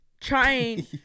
trying